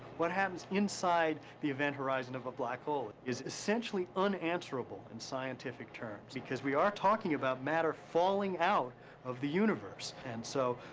what happens inside the event horizon of a black hole? is essentially unanswerable in scientific terms because we are talking about matter falling out of the universe. and so,